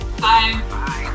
Bye